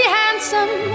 handsome